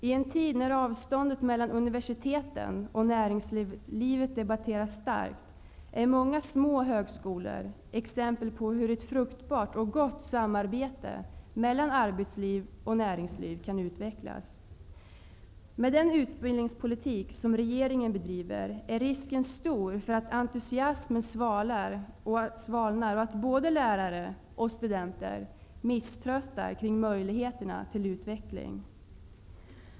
I en tid när avståndet mellan universiteten och näringslivet debatteras starkt är många små högskolor exempel på hur ett fruktbart och gott samarbete mellan arbetsliv och näringsliv kan utvecklas. Med den utbildningspolitik som regeringen bedriver är risken stor för att entusiasmen svalnar och att både lärare och studenter misströstar om möjligheterna till utveckling.